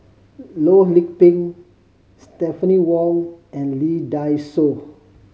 Loh Lik Peng Stephanie Wong and Lee Dai Soh